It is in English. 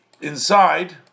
inside